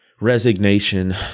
resignation